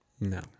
No